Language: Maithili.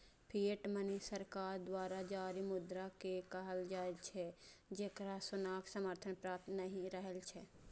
फिएट मनी सरकार द्वारा जारी मुद्रा कें कहल जाइ छै, जेकरा सोनाक समर्थन प्राप्त नहि रहै छै